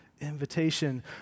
Invitation